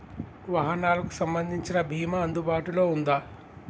వాహనాలకు సంబంధించిన బీమా అందుబాటులో ఉందా?